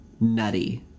nutty